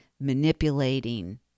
manipulating